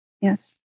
yes